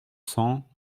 cent